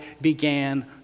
began